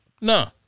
No